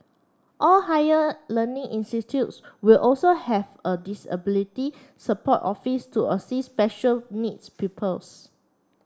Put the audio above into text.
all higher learning institutes will also have a disability support office to assist special needs pupils